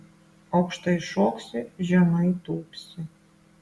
aukštai šoksi žemai tūpsi